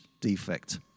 defect